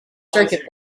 circuit